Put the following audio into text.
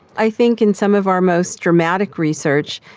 i think in some of our most dramatic research,